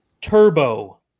Turbo